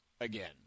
again